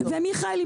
מיכאל,